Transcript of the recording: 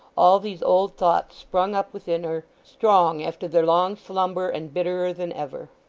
all these old thoughts sprung up within her, strong after their long slumber and bitterer than ever.